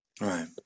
Right